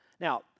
Now